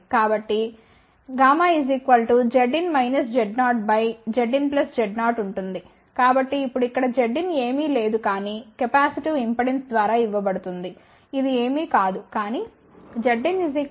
కాబట్టి Zin Z0ZinZ0ఉంటుంది కాబట్టి ఇప్పుడు ఇక్కడ Zin ఏమీ లేదు కానీ కెపాసిటివ్ ఇంపెడెన్స్ ద్వారా ఇవ్వబడుతుంది ఇది ఏమీ కాదు కానీ Zin jX jωC